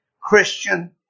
Christian